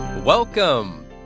Welcome